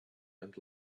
and